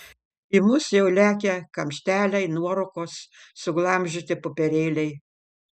į mus jau lekia kamšteliai nuorūkos suglamžyti popierėliai